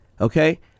Okay